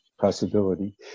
possibility